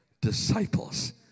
disciples